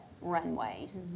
runways